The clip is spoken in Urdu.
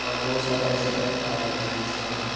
اور بہت سارے ایسے ایپ آ گئے ہیں جن سے ہم